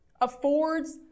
affords